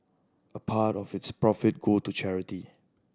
a part of its profit go to charity